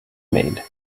made